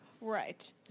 Right